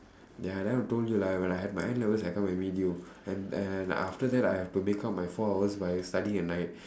ya then I told you right like when I have my N levels I come and meet you and and after that I have to make up my four hours by studying at night